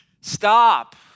stop